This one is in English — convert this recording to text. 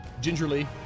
gingerly